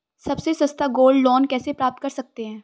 सबसे सस्ता gold loan कैसे प्राप्त कर सकते हैं?